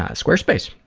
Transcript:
ah squarespace.